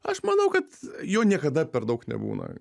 aš manau kad jo niekada per daug nebūna